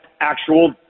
actual